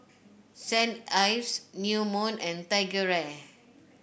Saint Ives New Moon and TigerAir